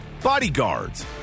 Bodyguards